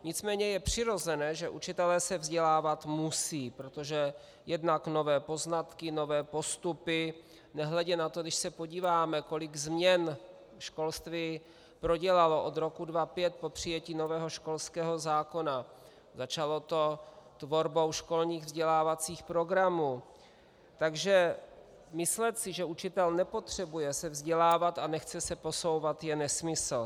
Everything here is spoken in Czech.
Nicméně je přirozené, že učitelé se vzdělávat musí, protože jednak nové poznatky, nové postupy, nehledě na to, když se podíváme, kolik změn školství prodělalo od roku 2005 po přijetí nového školského zákona, začalo to tvorbou školních vzdělávacích programů, takže myslet si, že učitel nepotřebuje se vzdělávat a nechce se posouvat, je nesmysl.